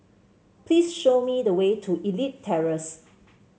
please show me the way to Elite Terrace